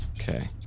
Okay